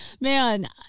Man